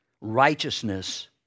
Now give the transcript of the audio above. Righteousness